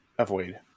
avoid